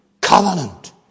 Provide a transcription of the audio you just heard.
covenant